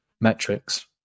metrics